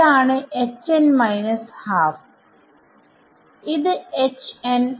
ഇതാണ് ഇത് ഉം